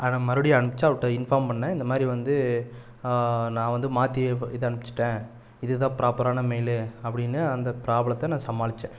அதை மறுபடியும் அனுப்பிச்சி அவர்கிட்ட இன்ஃபார்ம் பண்ணேன் இந்த மாரி வந்து நான் வந்து மாற்றி இது அனுப்பிச்சிட்டேன் இது தான் ப்ராப்பரான மெய்லு அப்படின்னு அந்த ப்ராப்ளத்தை நான் சமாளிச்சேன்